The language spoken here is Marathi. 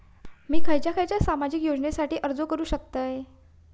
मी खयच्या खयच्या सामाजिक योजनेसाठी अर्ज करू शकतय?